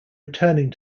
returning